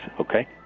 Okay